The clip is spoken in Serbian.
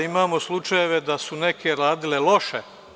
Imamo slučajeve da su neke radile loše.